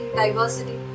diversity